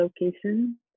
location